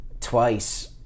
Twice